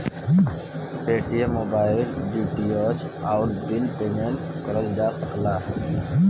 Paytm mobile, DTH, आउर bill payment करल जा सकला